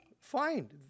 fine